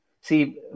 See